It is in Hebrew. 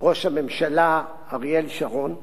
ראש הממשלה אריאל שרון.